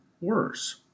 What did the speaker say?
worse